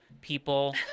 people